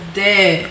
dead